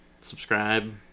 Subscribe